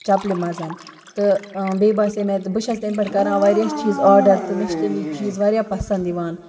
چَپلہِ منٛز تہٕ بیٚیہِ باسے مےٚ تہٕ بہٕ چھَس تمہِ پٮ۪ٹھ کَران وارِیاہ چیٖز آرڈر تہٕ مےٚ چھِ تمِچ چیٖز وارِیاہ پسنٛد یِوان